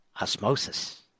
osmosis